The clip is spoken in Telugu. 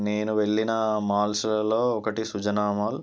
నేను వెళ్ళినా మాల్స్లలో ఒకటి సుజనామాల్